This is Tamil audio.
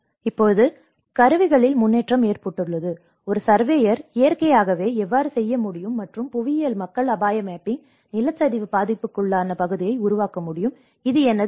இப்போது கருவிகளில் முன்னேற்றம் ஏற்பட்டுள்ளது ஒரு சர்வேயர் இயற்கையாகவே எவ்வாறு செய்ய முடியும் மற்றும் புவியியல் மக்கள் அபாய மேப்பிங் நிலச்சரிவு பாதிப்புக்குள்ளான பகுதியை உருவாக்க முடியும் இது எனது பி